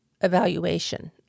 evaluation